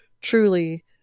truly